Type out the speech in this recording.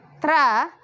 Tra